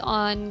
on